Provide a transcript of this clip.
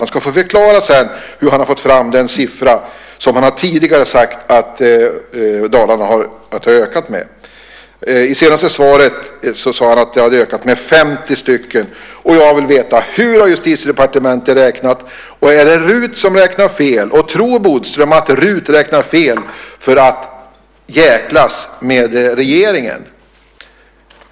Han ska få förklara hur han har fått fram den siffra som han tidigare har sagt att antalet poliser i Dalarna har ökat med. I sitt senaste svar sade han att det hade ökat med 50. Jag vill veta hur Justitiedepartementet har räknat. Är det RUT som har räknat fel? Tror Bodström att RUT räknar fel för att jäklas med regeringen?